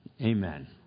Amen